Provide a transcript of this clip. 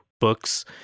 books